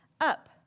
Up